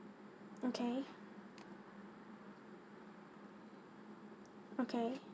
okay okay